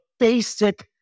Basic